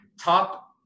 top